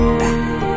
back